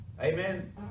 Amen